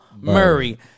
Murray